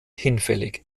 hinfällig